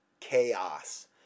chaos